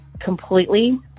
completely